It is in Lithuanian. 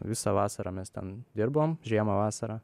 visą vasarą mes ten dirbom žiemą vasarą